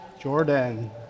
Jordan